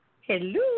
Hello